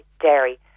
dairy